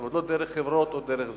זאת אומרת לא דרך חברות או בדרך כזאת.